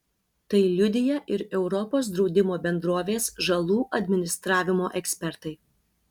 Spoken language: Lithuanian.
tai liudija ir europos draudimo bendrovės žalų administravimo ekspertai